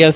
L